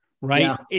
Right